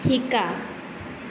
শিকা